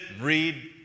read